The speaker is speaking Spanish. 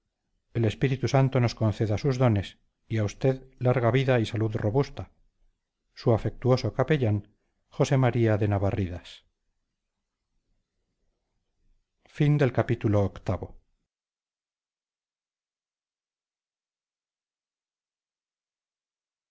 el espíritu santo nos conceda sus dones y a usted larga vida y salud robusta su afectuoso capellán j m de navarridas